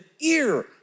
ear